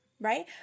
right